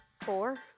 Four